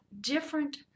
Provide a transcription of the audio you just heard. different